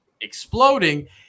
exploding